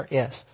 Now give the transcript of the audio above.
yes